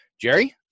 Jerry